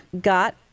got